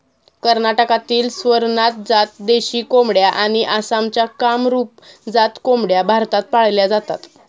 कर्नाटकातील स्वरनाथ जात देशी कोंबड्या आणि आसामच्या कामरूप जात कोंबड्या भारतात पाळल्या जातात